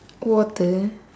water